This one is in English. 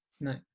No